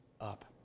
up